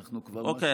אנחנו כבר משהו,